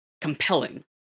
compelling